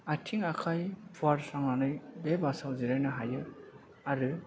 आथिं आखाय फुवारस्रांनानै बे बासआव जिरायनो हायो आरो